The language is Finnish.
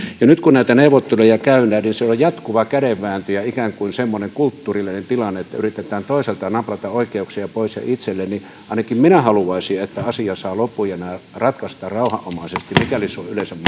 nyt kun näitä neuvotteluja käydään niin siellä on jatkuva kädenvääntö ja ikään kuin semmoinen kulttuurillinen tilanne että yritetään toiselta naprata oikeuksia pois ja itselle ainakin minä haluaisin että asia saa lopun ja nämä ratkaistaan rauhanomaisesti mikäli se on yleensä